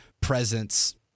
presence